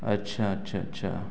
اچھا اچھا اچھا